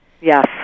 Yes